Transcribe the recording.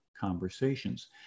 conversations